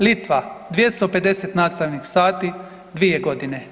Litva 250 nastavnih sati 2 godine.